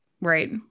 right